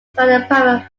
private